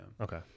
Okay